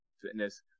Fitness